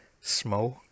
smoke